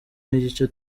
n’igice